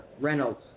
Reynolds